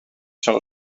sol